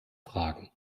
fragen